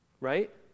Right